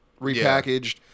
repackaged